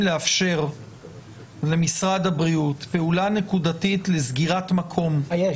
לאפשר למשרד הבריאות פעולה נקודתית לסגירת מקום --- אומרת